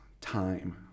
time